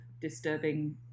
disturbing